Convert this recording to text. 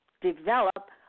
develop